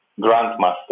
grandmaster